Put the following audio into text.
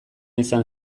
izan